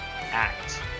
Act